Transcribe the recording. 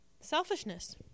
selfishness